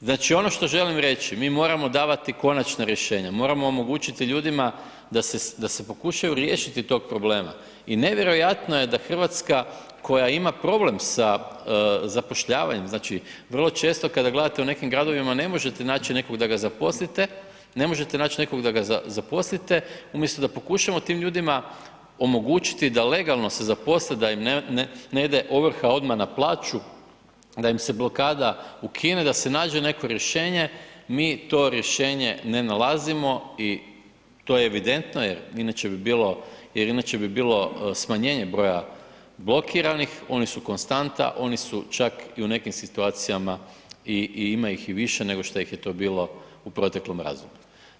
Znači ono što želim reći, mi moramo davati konačna rješenja, moramo omogućiti ljudima da se pokušaju riješiti tog problema i nevjerojatno je da RH koja ima problem sa zapošljavanjem, znači vrlo često kada gledate u nekim gradovima ne možete naći nekog da ga zaposlite, ne možete nać nekog da ga zaposlite, umjesto da pokušamo tim ljudima omogućiti da legalno se zaposle, da im ne ide ovrha odmah na plaću, da im se blokada ukine, da se nađe neko rješenje, mi to rješenje ne nalazimo i to je evidentno jer inače bi bilo, jer inače bi bilo smanjenje broja blokiranih, oni su konstanta, oni su čak i u nekim situacijama i ima ih i više nego što ih je to bilo u proteklom razdoblju.